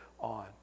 on